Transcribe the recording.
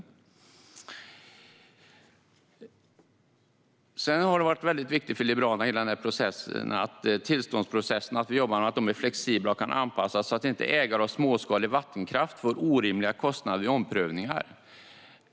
I hela denna process har det varit väldigt viktigt för Liberalerna att vi jobbar med att tillståndsprocesserna är flexibla och kan anpassas så att ägare av småskalig vattenkraft inte får orimliga kostnader vid omprövningar.